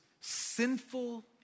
sinful